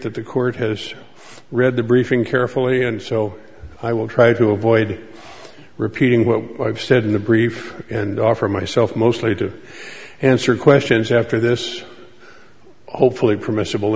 that the court has read the briefing carefully and so i will try to avoid repeating what i've said in the brief and offer myself mostly to answer questions after this hopefully permissible